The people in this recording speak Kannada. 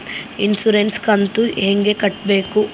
ಇನ್ಸುರೆನ್ಸ್ ಕಂತು ಹೆಂಗ ಕಟ್ಟಬೇಕು?